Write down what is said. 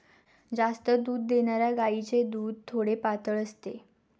जास्त दूध देणाऱ्या गायीचे दूध थोडे पातळ असते